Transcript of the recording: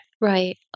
Right